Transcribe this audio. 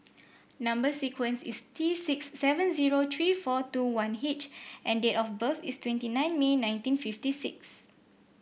number sequence is T six seven zero three four two one H and date of birth is twenty nine May nineteen fifty six